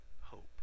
hope